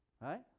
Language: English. Right